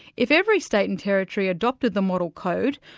if every state and territory adopted the model code,